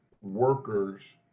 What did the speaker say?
workers